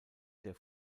der